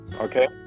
Okay